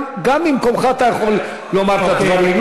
גם ממקומך אתה יכול לומר את הדברים,